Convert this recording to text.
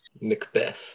Macbeth